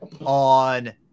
on